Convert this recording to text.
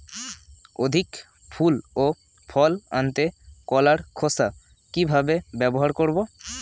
অধিক ফুল ও ফল আনতে কলার খোসা কিভাবে ব্যবহার করব?